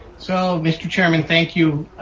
so mr. chairman, thank you.